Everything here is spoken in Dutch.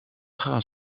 gras